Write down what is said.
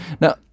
Now